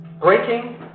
breaking